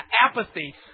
apathy